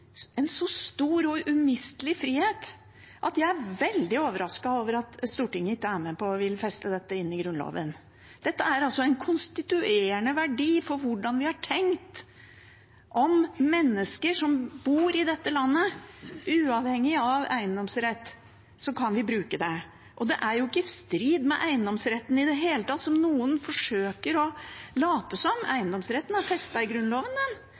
og umistelig frihet at jeg er veldig overrasket over at Stortinget ikke er med på å ville feste dette i Grunnloven. Dette er en konstituerende verdi på hvordan vi har tenkt om mennesker som bor i dette landet. Uavhengig av eiendomsrett kan vi bruke det. Det er jo ikke i strid med eiendomsretten i det hele tatt, som noen forsøker å late som. Eiendomsretten er festet i Grunnloven – SV er helt for at den